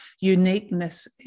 uniqueness